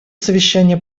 совещание